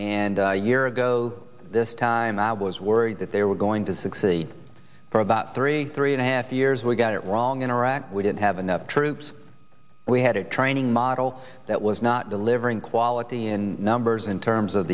and year ago this time i was worried that they were going to succeed for about three three and a half years we got it wrong in iraq we didn't have enough troops we had a training model that was not delivering quality in numbers in terms of